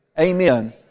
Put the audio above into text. amen